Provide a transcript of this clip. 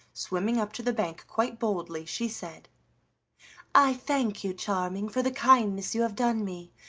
swimming up to the bank quite boldly, she said i thank you, charming, for the kindness you have done me.